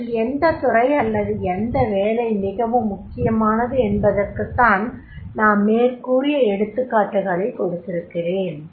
அவற்றில் எந்தத் துறை அல்லது எந்த வேலை மிகவும் முக்கியமானது என்பதற்குத் தான் நான் மேற்கூரிய எடுத்துக்காட்டுகளைக் கொடுத்திருக்கிறேன்